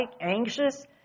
anxious